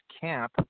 camp